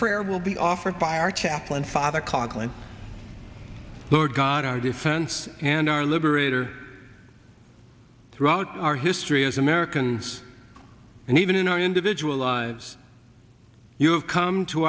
prayer will be offered by our chaplain father coughlin lord god our defense and our liberate are throughout our history as americans and even in our individual lives you have come to